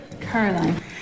Caroline